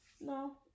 no